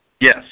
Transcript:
Yes